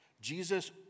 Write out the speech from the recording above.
Jesus